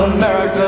America